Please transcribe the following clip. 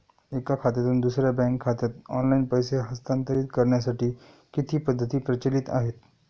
एका खात्यातून दुसऱ्या बँक खात्यात ऑनलाइन पैसे हस्तांतरित करण्यासाठी किती पद्धती प्रचलित आहेत?